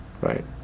right